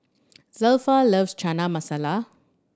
Zelpha loves Chana Masala